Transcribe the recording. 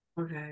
Okay